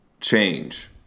change